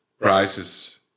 prices